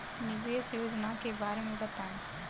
निवेश योजना के बारे में बताएँ?